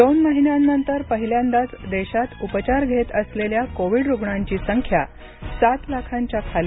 दोन महिन्यांनंतर पहिल्यांदाच देशात उपचार घेत असलेल्या कोविड रुग्णांची संख्या सात लाखांच्या खाली